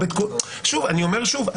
אני אומר שוב,